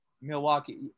Milwaukee